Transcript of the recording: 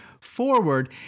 forward